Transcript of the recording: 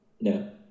No